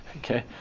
Okay